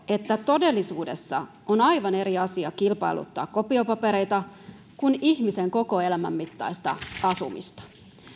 että todellisuudessa on aivan eri asia kilpailuttaa kopiopapereita kuin ihmisen koko elämän mittaista asumista